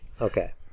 Okay